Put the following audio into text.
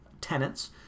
tenants